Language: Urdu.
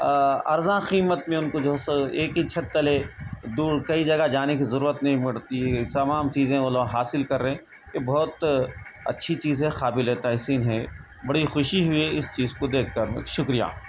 ارزاں قیمت میں ان کو جو ہے سو ایک ہی چھت تلے دور کئی جگہ جانے کی ضرورت نہیں پڑتی تمام چیزیں وہ لوگ حاصل کر رہے ہیں بہت اچھی چیزیں ہے قابل تحسین ہے بڑی خوشی ہوئی اس چیز کو دیکھ کر شکریہ